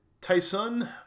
Tyson